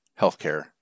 Healthcare